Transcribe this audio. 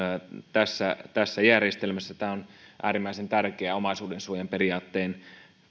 tässä tässä järjestelmässä tämä on äärimmäisen tärkeää omaisuudensuojan periaatteen